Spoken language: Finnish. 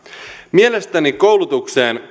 mielestäni koulutukseen